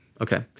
Okay